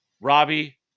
Robbie